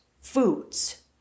foods